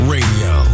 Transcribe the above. Radio